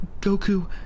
Goku